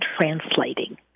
translating